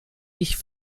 dich